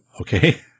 okay